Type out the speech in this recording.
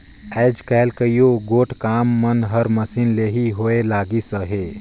आएज काएल कइयो गोट काम मन हर मसीन ले ही होए लगिस अहे